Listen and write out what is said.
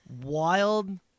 wild